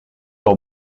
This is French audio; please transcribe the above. leur